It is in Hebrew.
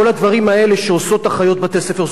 כל הדברים האלה שעושות אחיות בתי-ספר.